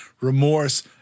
remorse